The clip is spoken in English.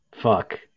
Fuck